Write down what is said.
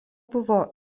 buvo